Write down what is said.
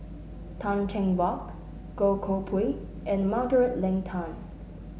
Tan Cheng Bock Goh Koh Pui and Margaret Leng Tan